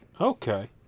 Okay